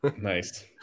Nice